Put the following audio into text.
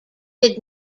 did